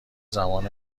زمان